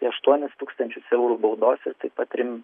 tai aštuonis tūkstančius eurų baudos taip pat trim